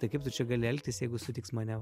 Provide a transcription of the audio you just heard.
tai kaip tu čia gali elgtis jeigu sutiks mane